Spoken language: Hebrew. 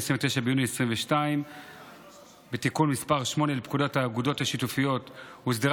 29 ביוני 2022. בתיקון מס' 8 לפקודת האגודות השיתופיות הוסדרה